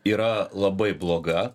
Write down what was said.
yra labai bloga